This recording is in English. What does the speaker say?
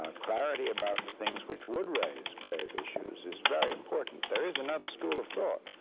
ah clarity about the things which would raise grave issues, is very important. there is another school of thought,